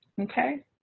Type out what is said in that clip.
Okay